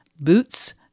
boots